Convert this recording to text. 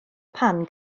pan